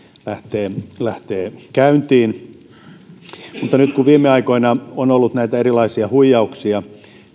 lähtee lähtee käyntiin mutta nyt kun viime aikoina on ollut näitä erilaisia huijauksia